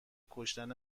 کشتن